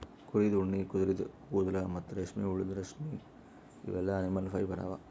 ಕುರಿದ್ ಉಣ್ಣಿ ಕುದರಿದು ಕೂದಲ ಮತ್ತ್ ರೇಷ್ಮೆಹುಳದ್ ರೇಶ್ಮಿ ಇವೆಲ್ಲಾ ಅನಿಮಲ್ ಫೈಬರ್ ಅವಾ